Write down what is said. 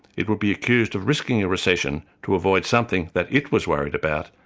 it would be accused of risking a recession, to avoid something that it was worried about,